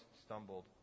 stumbled